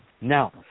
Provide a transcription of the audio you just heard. Now